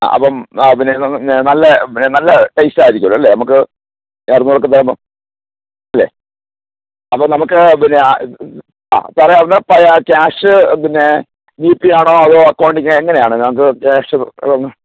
അ അപ്പം ആ പിന്നെ നല്ല നല്ല ടേസ്റ്റ് ആയിരിക്കുമല്ലോ അല്ലേ നമുക്ക് അല്ലേ അപ്പം നമുക്ക് പിന്നെ ആ അ സാറെ എന്നാൽ ക്യാഷ് പിന്നെ ജിപേ ആണോ അതോ അക്കൗണ്ടിങ്ങേ എങ്ങനെയാണ് ഞങ്ങൾക്ക് ക്യാഷ്